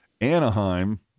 Anaheim